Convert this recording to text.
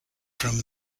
from